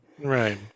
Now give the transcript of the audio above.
right